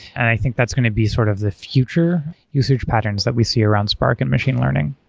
i think that's going to be sort of the future usage patterns that we see around spark and machine learning.